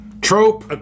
trope